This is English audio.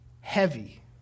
heavy